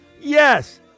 Yes